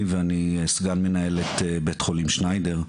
סגן מנהלת בית חולים "שניידר".